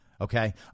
okay